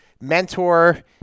mentor